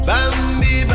Bambi